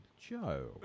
Joe